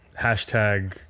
hashtag